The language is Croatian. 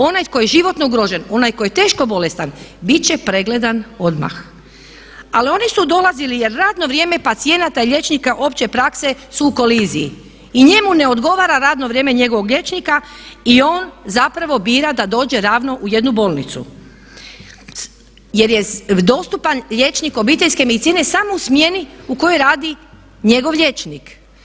Onaj tko je životno ugrožen, onaj tko je teško bolestan bit će pregledan odmah ali oni su dolazili jer radno vrijeme pacijenata i liječnika opće prakse su u koliziji i njemu ne odgovara radno vrijeme njegovog liječnika i on zapravo bira d dođe ravno u jednu bolnicu jer je dostupan liječnik obiteljske medicine samo u smjeni u kojoj radi njegov liječnik.